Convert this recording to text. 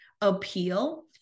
appeal